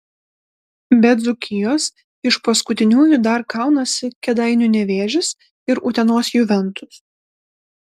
be dzūkijos iš paskutiniųjų dar kaunasi kėdainių nevėžis ir utenos juventus